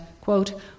quote